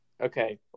okay